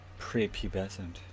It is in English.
prepubescent